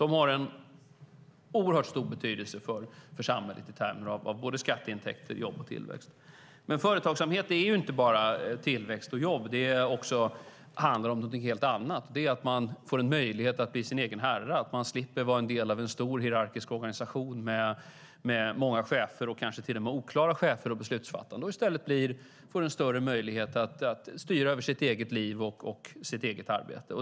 De har en oerhört stor betydelse för samhället i termer av skatteintäkter, jobb och tillväxt. Men företagsamhet är inte bara tillväxt och jobb, utan det handlar också om någonting helt annat. Man får möjlighet att bli sin egen herre och slipper vara en del av en stor hierarkisk organisation med många chefer och kanske till med oklara chefer och oklart beslutsfattande och får i stället en större möjlighet att styra över sitt eget liv och sitt eget arbete.